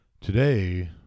Today